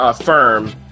firm